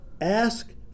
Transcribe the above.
Ask